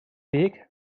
weg